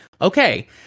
okay